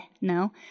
no